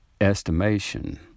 estimation